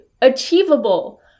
achievable